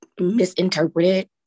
misinterpreted